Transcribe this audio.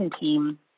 team